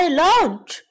lunch